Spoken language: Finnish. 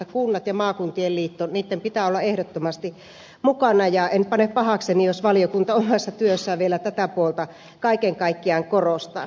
kuntien ja maakuntien liittojen pitää olla ehdottomasti mukana ja en pane pahakseni jos valiokunta omassa työssään vielä tätä puolta kaiken kaikkiaan korostaa